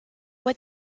what